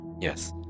Yes